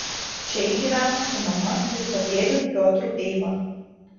čia ji gyveno su mama ir patėviu piotru eiva